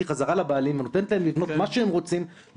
חזרה לבעלים ונותנת להם לבנות מה שהם רוצים,